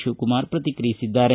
ಶಿವಕುಮಾರ ಪ್ರತಿಕ್ರಿಯಿಸಿದ್ದಾರೆ